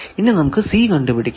ഇനി നമുക്ക് C കണ്ടുപിടിക്കാം